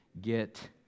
get